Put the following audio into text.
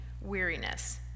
weariness